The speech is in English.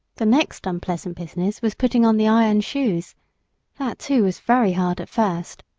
the next unpleasant business was putting on the iron shoes that too was very hard at first.